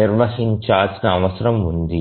నిర్వహించాల్సిన అవసరం ఉంది